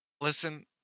Listen